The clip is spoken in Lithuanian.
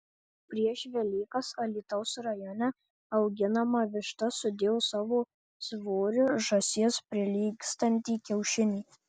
prieš velykas alytaus rajone auginama višta sudėjo savo svoriu žąsies prilygstantį kiaušinį